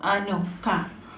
uh no car